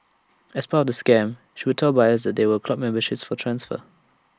as part of the scam she would tell buyers that there were club memberships for transfer